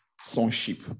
sonship